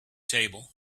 table